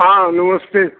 हाँ नमस्ते